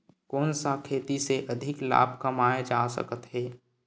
कोन सा खेती से अधिक लाभ कमाय जा सकत हे?